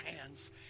hands